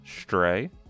Stray